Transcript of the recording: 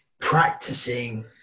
practicing